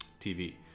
TV